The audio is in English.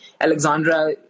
Alexandra